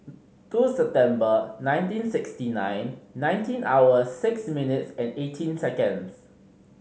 two September nineteen sixty nine nineteen hours six minutes and eighteen seconds